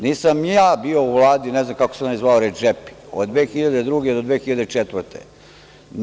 Nisam ja bio u Vladi, ne znam kako se onaj zvao, Redžepi, od 2002. do 2004. godine.